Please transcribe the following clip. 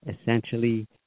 essentially